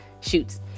shoots